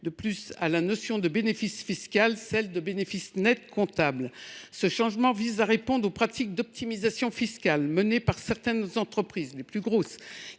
à la notion de bénéfice fiscal celle de bénéfice net comptable. Ce changement vise à répondre aux pratiques d’optimisation fiscale menées par certaines entreprises – les plus grosses